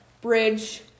bridge